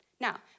Now